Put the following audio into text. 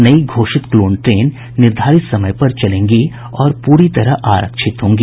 नई घोषित clone train निर्धारित समय पर चलेंगी और पूरी तरह आरक्षित होंगी